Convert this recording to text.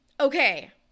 Okay